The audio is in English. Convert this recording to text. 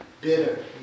bitter